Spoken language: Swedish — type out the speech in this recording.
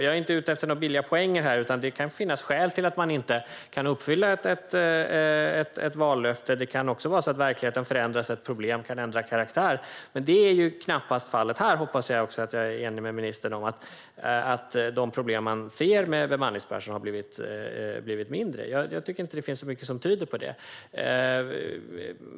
Jag är inte ute efter några billiga poänger här, utan det kan finnas skäl till att man inte kan uppfylla ett vallöfte - verkligheten kan förändras och ett problem kan ändra karaktär. Men det är knappast fallet här, och jag hoppas att jag och ministern är eniga om att de problem man ser med bemanningsbranschen har blivit mindre. Jag tycker inte att det finns så mycket som tyder på det.